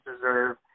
deserve